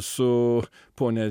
su ponia